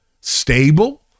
stable